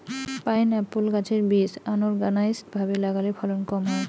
pineapple গাছের বীজ unorganised ভাবে লাগালে ফলন কম হয়